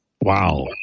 Wow